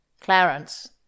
Clarence